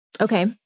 Okay